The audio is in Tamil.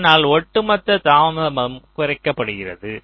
இதனால் ஒட்டு மொத்த தாமதமும் குறைக்கப்படுகிறது